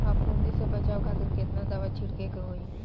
फाफूंदी से बचाव खातिर केतना दावा छीड़के के होई?